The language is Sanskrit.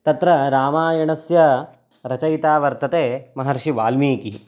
तत्र रामायणस्य रचयिता वर्तते महर्षिवाल्मीकिः